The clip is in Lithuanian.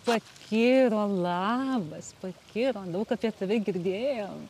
pakiro labas pakiro daug apie tave girdėjau